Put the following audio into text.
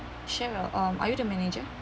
sheron um are you the manager